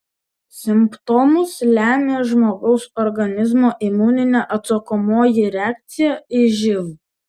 simptomus lemia žmogaus organizmo imuninė atsakomoji reakcija į živ